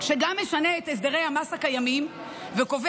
שגם משנה את הסדרי המס הקיימים וקובע